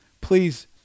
please